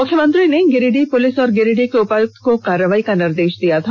उन्होंने गिरिडीह पुलिस और गिरिडीह के उपायुक्त को कार्रवाई का निर्देष दिया था